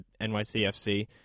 NYCFC